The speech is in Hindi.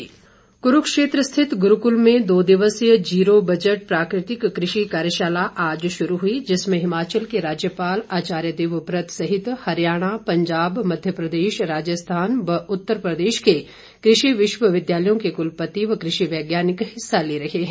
कार्यशाला क्रूक्षेत्र स्थित गुरूकल में दो दिवसीय जीरो बजट प्राकृतिक कृषि कार्यशाला आज शुरू हई जिसमें हिमाचल के राज्यपाल आचार्य देवव्रत सहित हरियाणा पंजाब मध्य प्रदेश राजस्थान व उत्तर प्रदेश के कृषि विश्वविद्यालयों के कुलपति व कृषि वैज्ञानिक हिस्सा ले रहे हैं